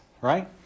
right